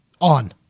on